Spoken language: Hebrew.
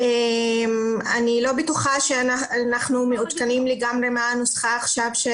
לא בטוחה שאנחנו מעודכנים לגמרי הנוסחה שנידונה עכשיו.